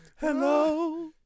Hello